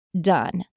done